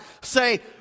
say